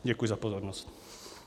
Děkuji za pozornost.